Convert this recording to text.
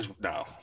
No